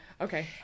okay